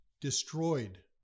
destroyed